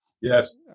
Yes